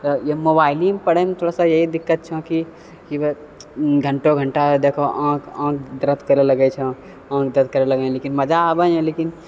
तऽ इए मोबाइलेमे पढ़यमे थोड़ासा ई दिक्कत छँ कि घण्टो घण्टा देखबँ आँखि आँखि दरद करऽ लगै छँ आँखि दरद करऽ लागै लेकिन मजा आबैयँ लेकिन